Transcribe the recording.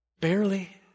Barely